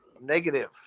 Negative